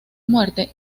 muerte